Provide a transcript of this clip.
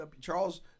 Charles